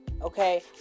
Okay